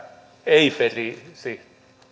ei perisi